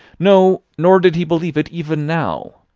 no, nor did he believe it even now.